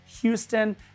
Houston